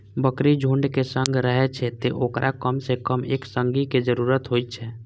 बकरी झुंडक संग रहै छै, तें ओकरा कम सं कम एक संगी के जरूरत होइ छै